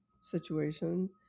situation